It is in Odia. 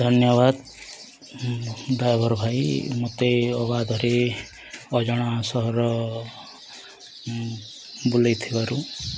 ଧନ୍ୟବାଦ ଡ୍ରାଇଭର ଭାଇ ମୋତେ ଅବାଧରେ ଅଜଣା ସହରର ବୁଲେଇଥିବାରୁ